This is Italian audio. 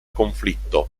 conflitto